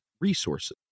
resources